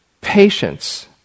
patience